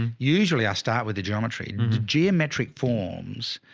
and usually i start with the geometry geometric forms.